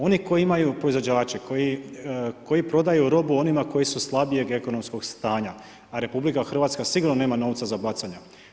Oni koji imaju proizvođače koji prodaju robu onima koji su slabijeg ekonomskog stanja, a RH sigurno nema novca za bacanje.